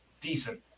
decent